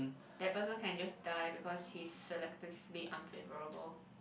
the person can just die because he selectively unfavourable